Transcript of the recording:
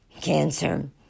cancer